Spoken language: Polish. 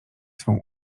swą